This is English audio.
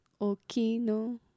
Okino